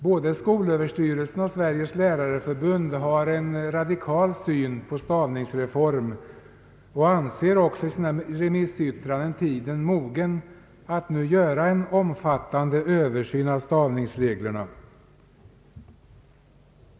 Både skolöverstyrelsen och Sveriges lärareförbund har en radikal syn på en stavningsreform och anser i sina remissyttranden att tiden är mogen att nu göra en omfattande översyn av stavningsreglerna.